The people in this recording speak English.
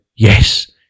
Yes